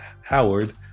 Howard